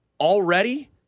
already